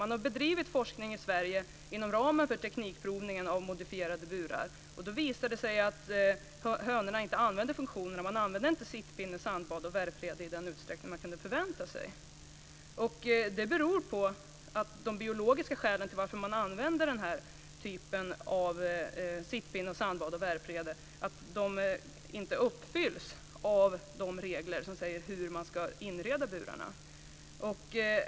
Man har bedrivit forskning i Sverige inom ramen för teknikprovningen av modifierade burar. Då visade det sig att hönorna inte använde funktionerna. De använde inte sittpinne, sandbad och värprede i den utsträckning som man kunde förvänta sig. Det beror på att de biologiska skälen till att man använder denna typ av sittpinne, sandbad och värprede inte uppfylls av de regler som säger hur man ska inreda burarna.